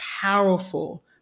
powerful